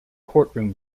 courtroom